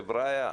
חברי'ה,